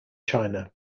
china